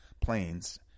planes